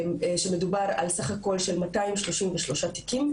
מדובר על סך הכל 233 תיקים,